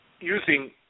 using